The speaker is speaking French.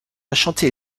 chanté